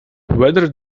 weather